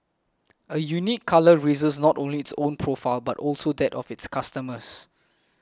a unique colour raises not only its own profile but also that of its customers